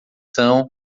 são